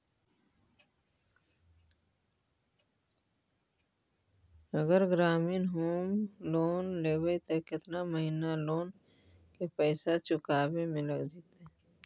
अगर ग्रामीण home loan लेबै त केतना महिना लोन के पैसा चुकावे में लग जैतै?